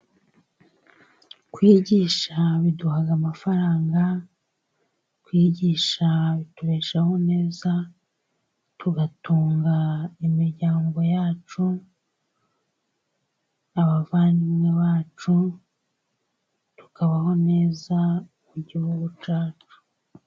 Kwigisha biduha amafaranga kwigisha bitubeshaho neza, tugatunga imiryango yacu abavandimwe bacu tukabaho neza mu gihugu cyacu.